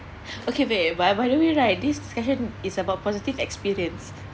okay wait by by the way right this session is about positive experience